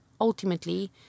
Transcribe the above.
ultimately